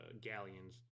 galleons